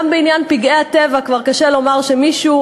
גם בעניין פגעי הטבע כבר קשה לומר שמישהו